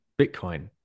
Bitcoin